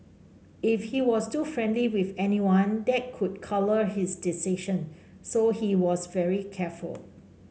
if he was too friendly with anyone that could colour his decision so he was very careful